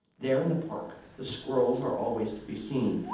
there in the park the squirrels are always to be seen,